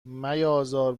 میازار